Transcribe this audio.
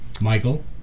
Michael